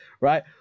Right